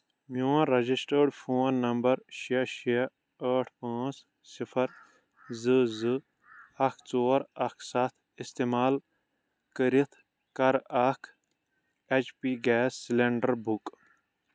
میٛون registered phone number شیٚے شیٚے ٲٹھ پانٛژھ صِفر زٕ زٕ اکھ ژور اکھ سَتھ استعمال کٔرِتھ کَر اکھ H P gas cylinder book